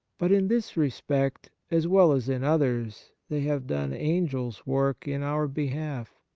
but in this respect, as well as in others, they have done angels' work in our behalf.